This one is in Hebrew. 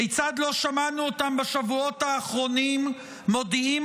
כיצד לא שמענו אותם בשבועות האחרונים מודיעים